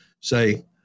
Say